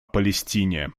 палестине